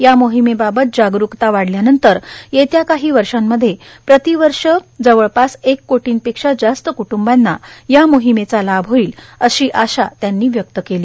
या मोहिमेबाबत जागरूकता वाढल्यानंतर येत्या काही वर्षांमध्ये प्रतिवर्ष जवळपास एक कोटी पेक्षा जास्त कृटुंबांना या मोहिमेचा लाभ होईल अशी आशा त्यांनी व्यक्त केली